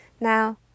Now